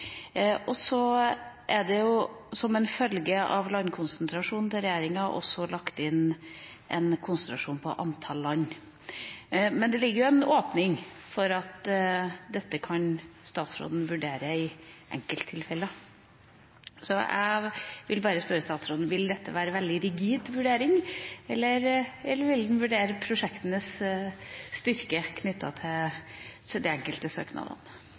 riktig. Så er det også – som en følge av regjeringas landkonsentrasjon – lagt inn en konsentrasjon når det gjelder antall land, men det er åpning for at utenriksministeren kan vurdere dette i enkelttilfeller. Så jeg vil spørre utenriksministeren: Vil dette være en veldig rigid vurdering, eller vil en vurdere prosjektenes styrke knyttet til de enkelte søknadene?